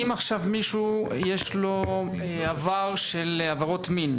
אם למישהו יש עבר של עבירות מין,